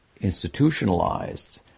institutionalized